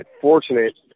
fortunate